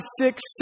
six